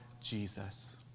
Jesus